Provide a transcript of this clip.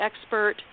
expert